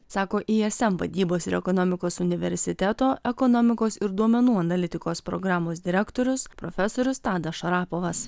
sako ism vadybos ir ekonomikos universiteto ekonomikos ir duomenų analitikos programos direktorius profesorius tadas šarapovas